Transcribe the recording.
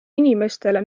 inimestele